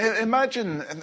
imagine